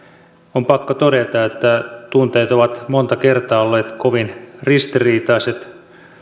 on pakko todeta että tunteet ovat monta kertaa olleet kovin ristiriitaiset